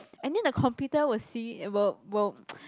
and then the computer will see it will will